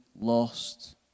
lost